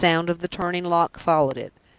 the sound of the turning lock followed it.